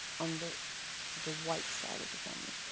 on the the white side of the family.